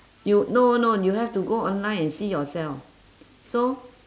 you no no you have to go online and see yourself so